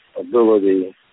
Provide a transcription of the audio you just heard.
ability